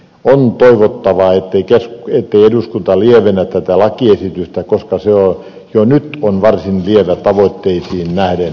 on toivottavaa ettei eduskunta lievennä tätä lakiesitystä koska lakiesitys jo nyt on varsin lievä tavoitteisiin nähden